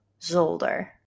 zolder